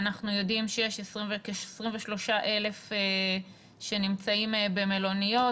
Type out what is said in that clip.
אנחנו יודעים שיש כ-23,000 שנמצאים במלוניות,